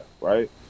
right